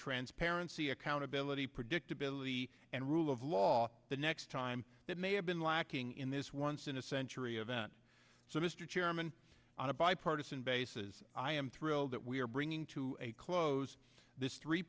transparency accountability predictability and rule of law the next time that may have been lacking in this once in a century a vent so mr chairman on a bipartisan basis i am thrilled that we are bringing to a close this three